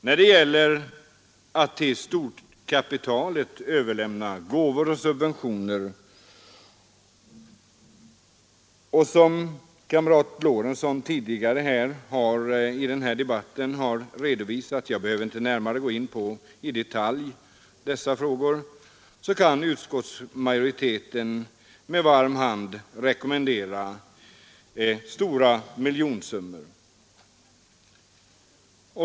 När det gäller att till storkapitalet överlämna gåvor och subventioner — kamrat Lorentzon har tidigare i denna debatt redovisat detta, och jag behöver inte närmare gå in på dessa frågor — kan utskottsmajoriteten med varm hand tillstyrka mångmiljonbelopp.